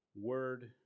Word